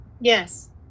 Yes